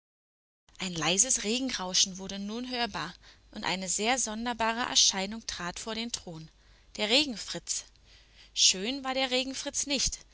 ein leises regenrauschen wurde nun hörbar und eine sehr sonderbare erscheinung trat vor den thron der regenfritz schön war der regenfritz nicht